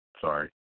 Sorry